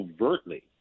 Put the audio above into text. overtly